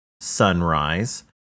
Sunrise